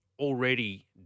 Already